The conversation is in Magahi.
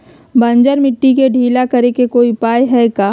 बंजर मिट्टी के ढीला करेके कोई उपाय है का?